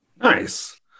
Nice